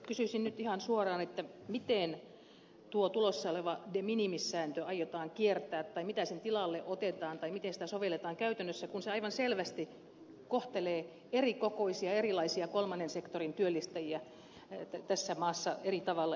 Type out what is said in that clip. kysyisin nyt ihan suoraan miten tuo tulossa oleva de minimis sääntö aiotaan kiertää tai mitä sen tilalle otetaan tai miten sitä sovelletaan käytännössä kun se aivan selvästi kohtelee erikokoisia erilaisia kolmannen sektorin työllistäjiä tässä maassa eri tavalla